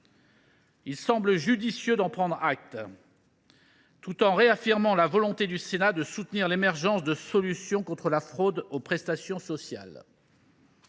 Il semble judicieux d’en prendre acte, tout en réaffirmant la volonté du Sénat de soutenir l’émergence de solutions contre la fraude aux prestations sociales.